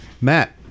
Matt